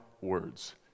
words